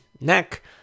neck